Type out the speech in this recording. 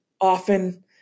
often